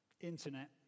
Internet